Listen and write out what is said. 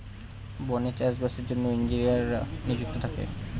বনে চাষ বাসের জন্য ইঞ্জিনিয়াররা নিযুক্ত থাকে